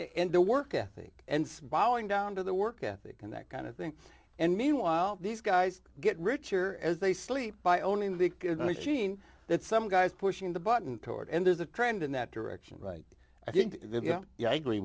d the work ethic and bowing down to the work ethic and that kind of thing and meanwhile these guys get richer as they sleep by owning the gene that some guys pushing the button toward and there's a trend in that direction right i think that yeah yeah i agree